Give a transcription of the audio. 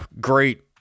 Great